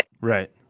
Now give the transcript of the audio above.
Right